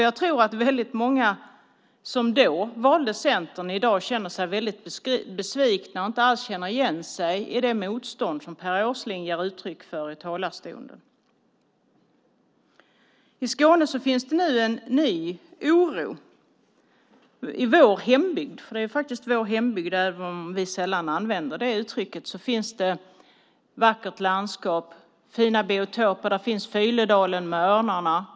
Jag tror att väldigt många som då valde Centern i dag känner sig väldigt besvikna och inte alls känner igen sig i det motstånd som Per Åsling ger uttryck för i talarstolen. I Skåne finns det nu en ny oro. I vår hembygd - det är faktiskt vår hembygd, även om vi sällan använder det uttrycket - finns ett vackert landskap och fina biotoper. Där finns Fyledalen med örnarna.